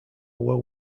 were